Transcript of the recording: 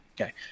Okay